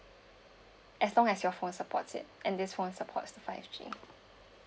as long as your phone support it and this phone supports five G